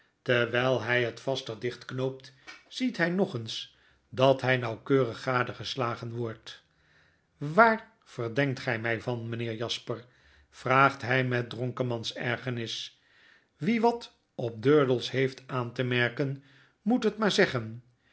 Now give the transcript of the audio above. terwyl hy het vaster dicht knoopt ziet hy nog eens dat hy nauwkeurig gadegeslagen wordt x waar verdenkt gy my van meneer jasper vraagt hy met dronkemans ergernis wiewat op durdels heeft aan te merken moet het maar zeggen